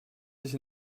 sich